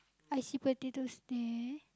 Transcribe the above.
I see potatoes there